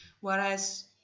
whereas